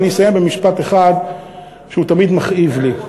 אני אסיים במשפט אחד שהוא תמיד מכאיב לי.